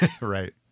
Right